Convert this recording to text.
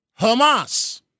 Hamas